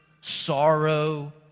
sorrow